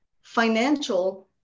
Financial